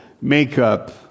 Makeup